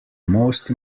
most